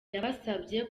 yabasabye